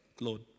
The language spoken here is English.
Lord